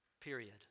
period